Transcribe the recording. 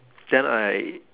then I